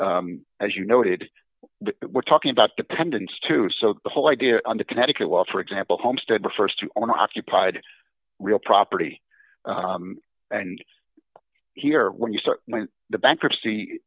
as you noted we're talking about dependence too so the whole idea of the connecticut well for example homestead refers to on occupied real property and here when you start the bankruptcy